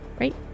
right